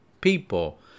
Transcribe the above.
people